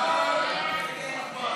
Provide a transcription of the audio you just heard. סעיף 1,